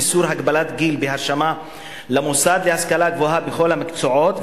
איסור הגבלת גיל) בהרשמה למוסד להשכלה גבוהה בכל המקצועות,